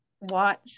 watch